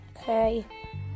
Okay